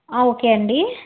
okay అండి